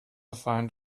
find